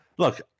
Look